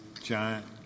giant